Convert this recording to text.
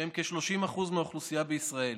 שהם כ-30% מהאוכלוסייה בישראל,